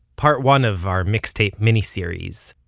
part one of our mixtape mini-series,